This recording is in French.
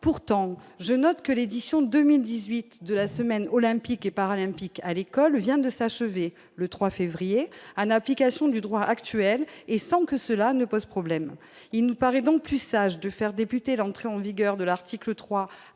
pourtant, je note que l'édition 2018 de la semaine olympique et paralympique à l'école vient de s'achever le 3 février en application du droit actuel et sans que cela ne pose problème, il nous paraît donc plus sage de faire débuter l'entrée en vigueur de l'article 3 à la